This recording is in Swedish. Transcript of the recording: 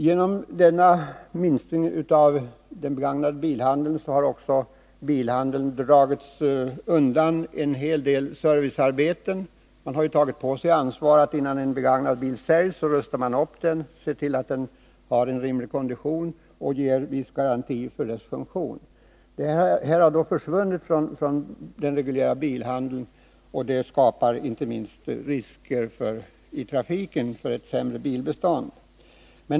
Genom denna minskning av handeln med begagnade bilar har den reguljära bilhandeln undandragits en hel del servicearbeten. Man har tagit på sig ansvaret att innan en begagnad bil säljs rusta upp den och se till att den har en rimlig kondition, och man har gett en viss garanti för dess funktionsduglighet. Dessa uppgifter har nu försvunnit från den reguljära bilhandeln, och därmed skapas risker i trafiken på grund av ett sämre bilbestånd.